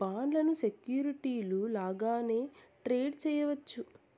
బాండ్లను సెక్యూరిటీలు లాగానే ట్రేడ్ చేయవచ్చు